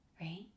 right